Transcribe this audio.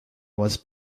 was